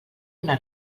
una